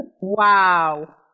Wow